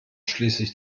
schließlich